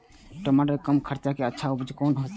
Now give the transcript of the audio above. टमाटर के कम खर्चा में अच्छा उपज कोना करबे?